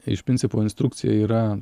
iš principo instrukcija yra